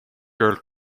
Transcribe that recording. girl